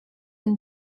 and